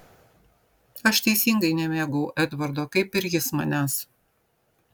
aš teisingai nemėgau edvardo kaip ir jis manęs